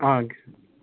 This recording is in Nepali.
हँ